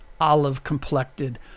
olive-complected